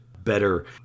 better